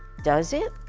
does it?